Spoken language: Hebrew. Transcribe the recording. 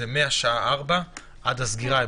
וזה מהשעה 16:00 ועד הסגירה.